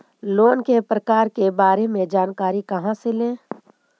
Loan के प्रकार के बारे मे जानकारी कहा से ले?